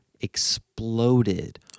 exploded